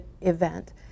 event